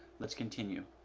let's continue.